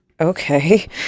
okay